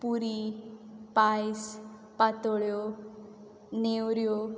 पुरी पायस पातोळ्यो नेवऱ्यो